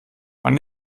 man